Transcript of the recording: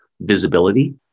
visibility